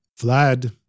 Vlad